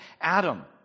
Adam